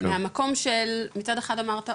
מהמקום שמצד אחד אמרת,